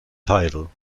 title